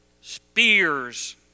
spears